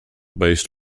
based